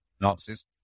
Nazis